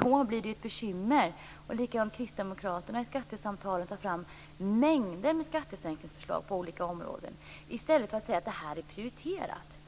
Då blir det ett bekymmer. Även kristdemokraterna tar i skattesamtalen fram mängder med skattesänkningsförslag på olika områden, i stället för att säga att det här är prioriterat.